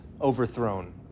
overthrown